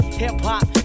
hip-hop